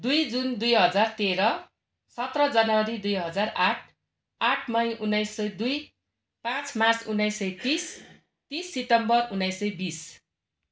दुई जुन दुई हजार तेह्र सत्र जनवरी दुई हजार आठ आठ मई उन्नाइस सय दुई पाँच मार्च उन्नाइस सय तिस तिस सितम्बर उन्नाइस सय बिस